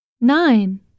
Nine